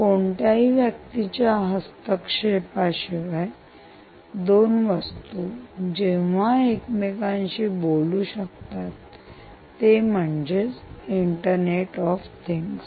कोणत्याही व्यक्तीच्या हस्तक्षेपाशिवाय दोन वस्तू जेव्हा एकमेकांशी बोलू शकतात ते म्हणजेच इंटरनेट ऑफ थिंग्स